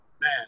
Man